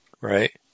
Right